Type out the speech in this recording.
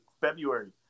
February